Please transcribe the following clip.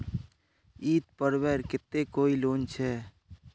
ईद पर्वेर केते कोई लोन छे?